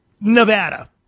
Nevada